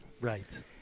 Right